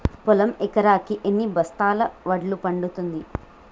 పొలం ఎకరాకి ఎన్ని బస్తాల వడ్లు పండుతుంది?